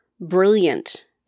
brilliant